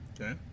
Okay